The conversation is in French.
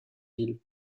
ville